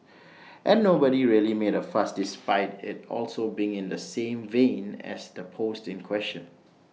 and nobody really made A fuss despite IT also being in the same vein as the post in question